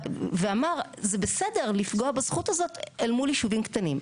ואמר זה בסדר לפגוע בזכות הזאת אל מול יישובים קטנים.